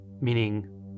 Meaning